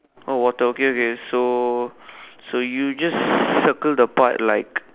oh water okay okay so so you just circle the part like